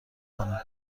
کند